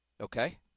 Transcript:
Okay